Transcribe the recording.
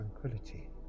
tranquility